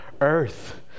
earth